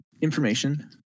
information